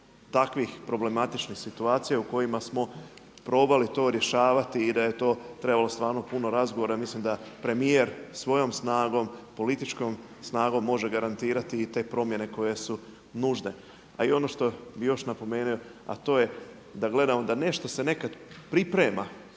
takvih problematičnih situacija u kojima smo probali to rješavati i da je to trebalo stvarno puno razgovora. I ja mislim da premijer svojom snagom, političkom snagom može garantirati i te promjene koje su nužne. A i ono što bih još napomenuo, a to je da gledamo da nešto se nekad priprema